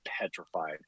petrified